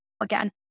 again